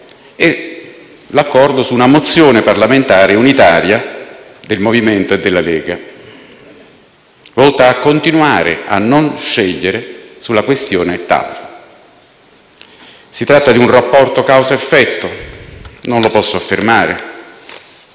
e l'accordo su una mozione parlamentare unitaria del MoVimento 5 Stelle e della Lega, volta a continuare a non scegliere sulla questione TAV. Si tratta di un rapporto causa-effetto? Non lo posso affermare,